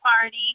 party